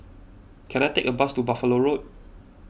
can I take a bus to Buffalo Road